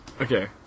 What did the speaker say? Okay